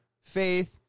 faith